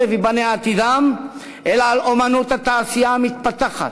ייבנה עתידם אלא על אמנות התעשייה המתפתחת,